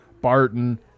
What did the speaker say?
Barton